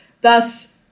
Thus